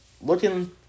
looking